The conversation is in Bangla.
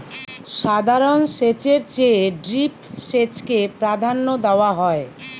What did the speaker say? সাধারণ সেচের চেয়ে ড্রিপ সেচকে প্রাধান্য দেওয়া হয়